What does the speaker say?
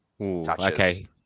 okay